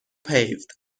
paved